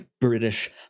British